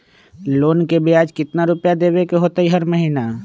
Loan के ब्याज कितना रुपैया देबे के होतइ हर महिना?